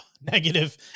negative